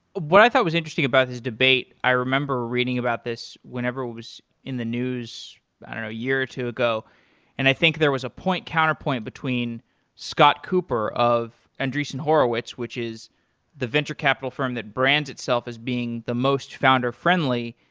what i thought was interesting about this debate, i remember reading about this whenever it was in the news a year or two ago and i think there was a point counterpoint between scott cooper of andreessen horowitz, which is the venture capital firm that brands itself as being the most founder-friendly,